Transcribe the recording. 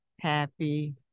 happy